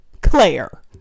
claire